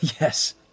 Yes